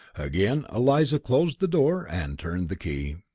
again eliza closed the door and turned the key.